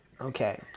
Okay